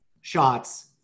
shots